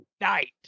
Night